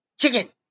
Chicken